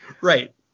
Right